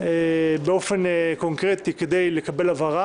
באופן קונקרטי כדי לקבל הבהרה,